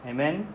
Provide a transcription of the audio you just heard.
Amen